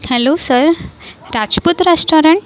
hello sir Rajput restaurant